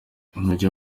ntujya